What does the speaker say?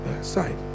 side